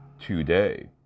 Today